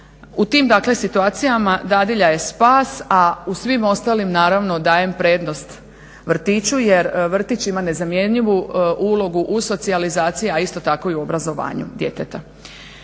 U tim dakle situacijama dadilja je spas, a u svim ostalim naravno dajem prednost vrtiću, jer vrtić ima nezamjenjivu ulogu u socijalizaciji a isto tako i u obrazovanju djeteta.